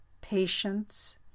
patience